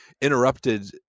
interrupted